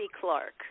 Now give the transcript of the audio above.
Clark